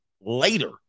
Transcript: later